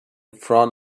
front